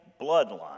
bloodline